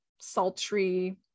sultry